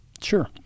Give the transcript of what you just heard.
Sure